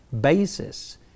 basis